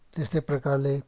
त्यस्तै प्रकारले